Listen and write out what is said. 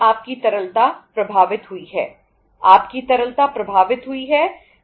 आपकी तरलता प्रभावित हुई है